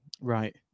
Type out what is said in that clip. Right